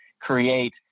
create